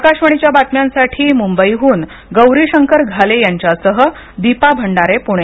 आकाशवाणीच्या बातम्यांसाठी मुंबईहून गौरीशंकर घाले यांच्यासह दीपा भंडारे पुणे